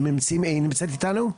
היא נמצאת איתנו?